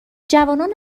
جوانان